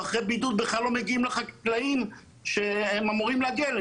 ואחרי הבידוד הם בכלל לא מגיעים לחקלאים שהם אמורים להגיע אליהם,